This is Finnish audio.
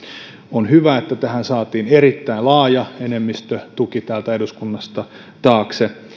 on hyvä että tähän saatiin erittäin laaja enemmistötuki taakse täältä eduskunnasta